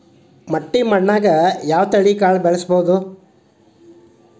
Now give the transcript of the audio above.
ಮಟ್ಟಿ ಮಣ್ಣಾಗ್, ಯಾವ ತಳಿ ಕಾಳ ಬೆಳ್ಸಬೋದು?